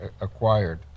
acquired